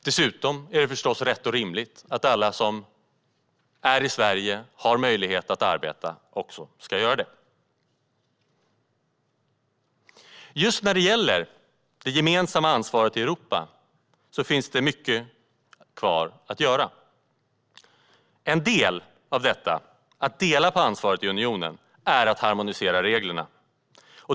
Dessutom är det förstås rätt och rimligt att alla som är i Sverige och som har möjlighet att arbeta också gör det. Just när det gäller det gemensamma ansvaret i Europa finns det mycket kvar att göra. En del av att dela på ansvaret i unionen är att harmonisera reglerna.